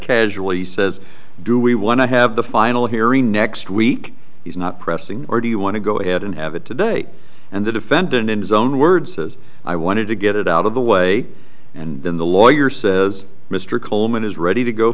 casual he says do we want to have the final hearing next week he's not pressing or do you want to go ahead and have it today and the defendant in his own words says i wanted to get it out of the way and then the lawyer says mr coleman is ready to go